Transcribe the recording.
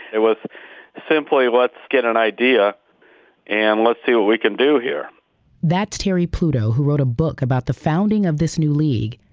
it was simply let's get an idea and let's see what we can do here that's terry pluto, who wrote a book about the founding of this new league.